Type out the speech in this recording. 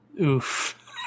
Oof